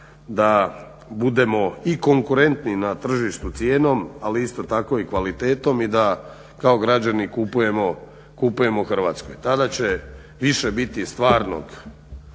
da budemo i konkurenti na tržištu cijenom ali isto tako i kvalitetom i da kao građani kupujemo u Hrvatskoj. Tada će više biti stvarnog